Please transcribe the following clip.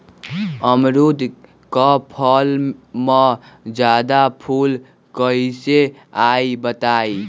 अमरुद क फल म जादा फूल कईसे आई बताई?